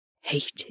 hated